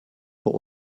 vor